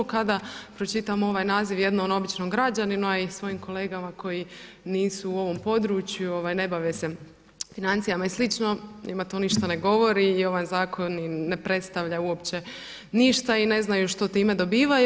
Kada pročitam ovaj naziv jednom običnom građaninu, a i svojim kolegama koji nisu u ovom području, ne bave se financijama i slično njima to ništa ne govori i ovaj zakon ne predstavlja uopće ništa i ne znaju što time dobivaju.